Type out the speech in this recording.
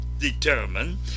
determine